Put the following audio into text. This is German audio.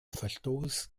verstoß